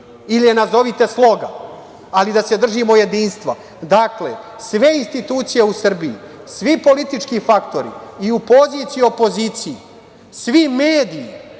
je nazovite sloga, ali da se držimo jedinstva. Dakle, sve institucije u Srbiji, svi politički faktori i u poziciji i u opoziciji, svi mediji